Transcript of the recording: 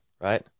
right